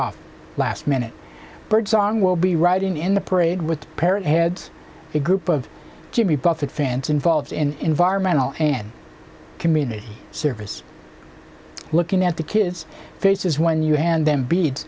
off last minute birdsong will be riding in the parade with parent heads a group of jimmy buffett fans involved in environmental and community service looking at the kids faces when you hand them beads